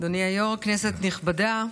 כנסת נכבדה,